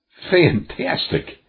Fantastic